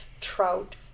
Trout